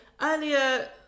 earlier